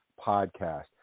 podcast